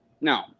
no